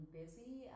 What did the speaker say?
busy